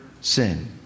sin